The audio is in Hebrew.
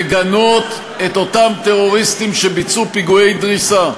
לגנות את אותם טרוריסטים שביצעו פיגועי דריסה,